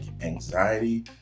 anxiety